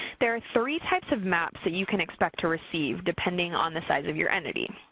there are three types of maps you can expect to receive, depending on the size of your entity.